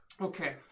Okay